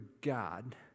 God